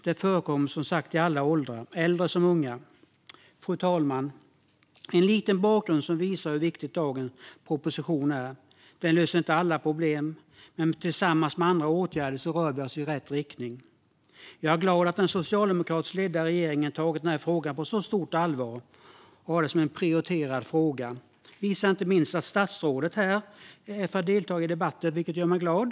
Det förekommer som sagt i alla åldrar, äldre som unga. Fru talman! Detta var en liten bakgrund som visar hur viktig dagens proposition är. Den löser inte alla problem, men tillsammans med andra åtgärder gör den att vi rör oss i rätt riktning. Jag är glad att den socialdemokratiskt ledda regeringen tagit frågan på så stort allvar. Att den har detta som en prioriterad fråga visar inte minst att statsrådet är här i dag för att delta i debatten, vilket gör mig glad.